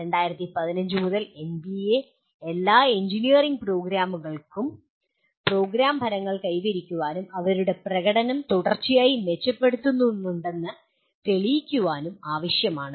2015 മുതൽ എൻബിഎ എല്ലാ എഞ്ചിനീയറിംഗ് പ്രോഗ്രാമുകൾക്കും പ്രോഗ്രാം ഫലങ്ങൾ കൈവരിക്കാനും അവരുടെ പ്രകടനം തുടർച്ചയായി മെച്ചപ്പെടുത്തുന്നുണ്ടെന്ന് തെളിയിക്കാനും ആവശ്യമാണ്